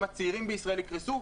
אם הצעירים בישראל יקרסו,